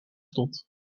stond